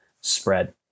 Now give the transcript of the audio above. spread